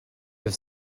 have